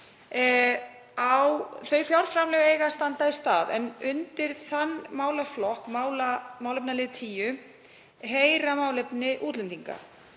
og stjórnsýsla dómstóla að standa í stað en undir þann málaflokk, málefnalið 10, heyra málefni útlendinga.